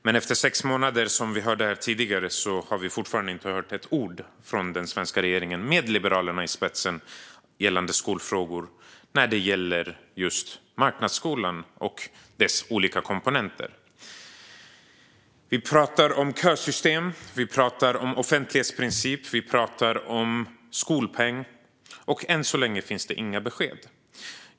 Men, som vi hörde tidigare, efter sex månader har vi fortfarande inte hört ett ord från den svenska regeringen, med Liberalerna i spetsen när det gäller skolfrågor, om just marknadsskolan och dess olika komponenter. Vi pratar om kösystem, offentlighetsprincip och skolpeng, och än så länge finns det inga besked.